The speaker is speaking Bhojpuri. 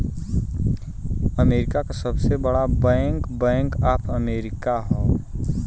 अमेरिका क सबसे बड़ा बैंक बैंक ऑफ अमेरिका हौ